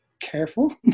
careful